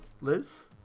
Liz